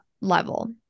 level